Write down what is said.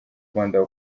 rwanda